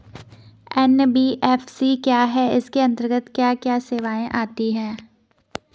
NBFC क्या है इसके अंतर्गत क्या क्या सेवाएँ आती हैं?